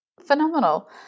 phenomenal